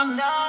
no